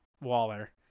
Waller